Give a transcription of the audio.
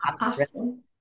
awesome